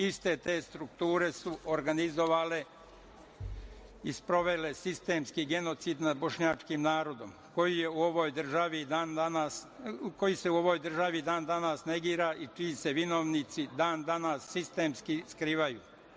Iste te strukture su organizovale i sprovele sistemski genocid nad bošnjačkim narodom, koji se u ovoj državi i dan-danas negira i čiji se vinovnici sistemski skrivaju.